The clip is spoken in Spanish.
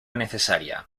necesaria